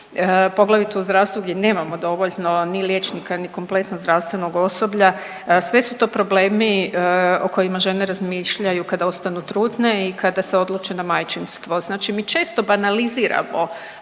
Poglavito u zdravstvu gdje nemamo dovoljno ni liječnika, ni kompletno zdravstvenog osoblja. Sve su to problemi o kojima žene razmišljaju kad ostanu trudne i kada se odluče na majčinstvo. Znači mi često banaliziramo